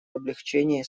облегчении